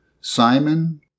Simon